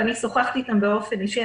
ואני שוחחתי איתם באופן אישי,